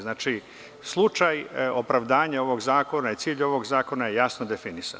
Znači, slučaj opravdanja ovog zakona i cilj ovog zakona je jasno definisan.